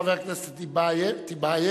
חבר הכנסת טיבייב,